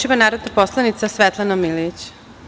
ima narodna poslanica Svetlana Milijić.